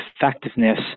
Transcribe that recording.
effectiveness